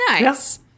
nice